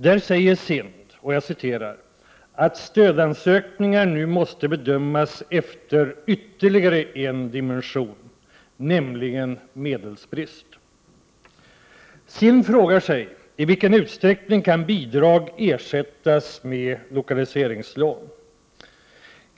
Där säger SIND ”att stödansökningar nu måste bedömas efter ytterligare en dimension, nämligen medelsbrist!”. SIND frågar sig: ”I vilken utsträckning kan bidrag ersättas med lokaliseringslån?”.